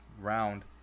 round